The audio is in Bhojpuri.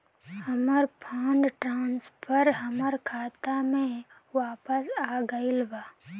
हमर फंड ट्रांसफर हमर खाता में वापस आ गईल बा